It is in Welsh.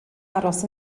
aros